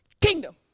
Kingdom